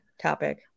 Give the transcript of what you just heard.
topic